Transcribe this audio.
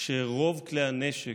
שרוב כלי הנשק,